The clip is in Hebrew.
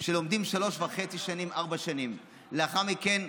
שלומדים שלוש וחצי שנים, ארבע שנים, לאחר מכן,